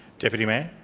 deputy mayor